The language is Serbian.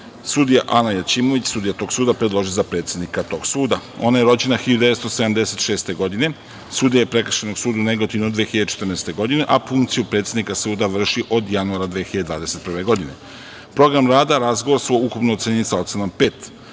sudija Ana Jaćimović, sudija tog suda, predloži za predsednika tog suda. Ona je rođena 1976. godine. Sudija je Prekršajnog suda u Negotinu od 2014. godine, a funkciju predsednika suda vrši od januara 2021. godine. Program rada i razgovor su ukupno ocenjeni sa ocenom